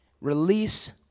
Release